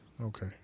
okay